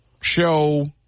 show